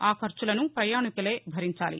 ఆ ఖర్చులను ప్రయాణికులే భరించాలి